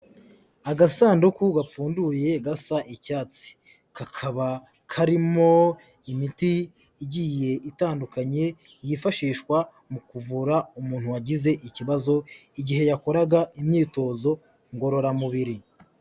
Agasanduku gapfunduye gasa icyatsi, kakaba karimo imiti igiye itandukanye yifashishwa mu kuvura umuntu wagize ikibazo, igihe yakoraga imyitozo ngororamubiri.